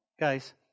guys